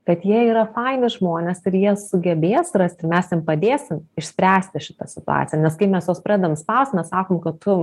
kad jie yra faini žmonės ir jie sugebės rasti mes jiem padėsim išspręsti šitą situaciją nes kai mes juos pradedam spaust sakom kad tu